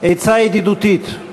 עצה ידידותית: